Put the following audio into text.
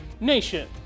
Nation